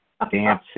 dancing